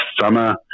summer